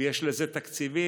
ויש לזה תקציבים.